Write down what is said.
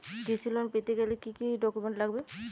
কৃষি লোন পেতে গেলে কি কি ডকুমেন্ট লাগবে?